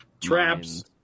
traps